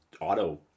auto